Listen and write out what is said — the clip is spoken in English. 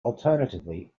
alternatively